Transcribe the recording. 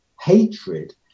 hatred